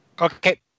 Okay